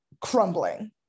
crumbling